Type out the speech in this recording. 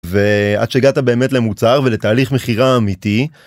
ועד שהגעת באמת למוצר ולתהליך מחירה אמיתי.